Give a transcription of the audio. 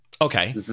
Okay